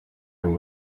and